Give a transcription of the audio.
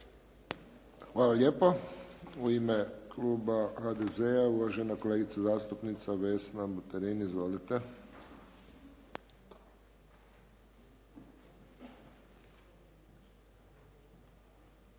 Hvala lijepo. U ime kluba HDZ-a, uvažena kolegica zastupnica Vesna Buterin. Izvolite.